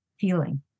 feeling